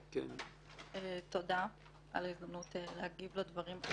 תודה על ההזדמנות להגיב לדברים.